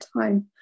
time